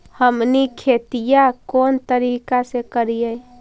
हमनी खेतीया कोन तरीका से करीय?